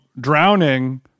drowning